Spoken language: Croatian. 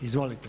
Izvolite.